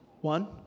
One